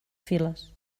files